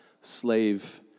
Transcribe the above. slave